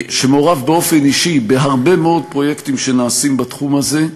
שמעורב באופן אישי בהרבה מאוד פרויקטים שנעשים בתחום הזה,